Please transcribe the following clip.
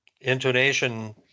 intonation